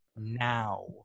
now